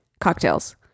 cocktails